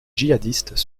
djihadistes